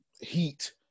heat